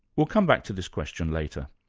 we'll come back to this question later.